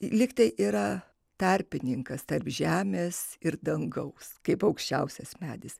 lyg tai yra tarpininkas tarp žemės ir dangaus kaip aukščiausias medis